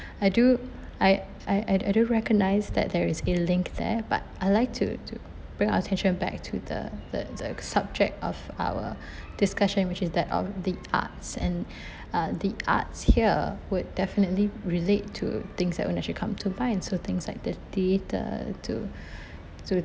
I do I I I do recognise that there is a link there but I'd like to to bring our attention back to the the the subject of our discussion which is that of the arts and uh the arts here would definitely relate to things that would actually come to mind so things like the theater to to